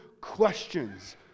questions